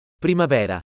Primavera